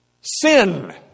sin